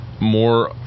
more